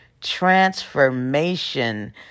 transformation